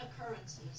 occurrences